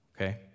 Okay